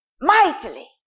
mightily